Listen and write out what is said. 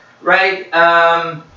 right